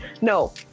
no